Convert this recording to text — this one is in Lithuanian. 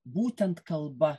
būtent kalba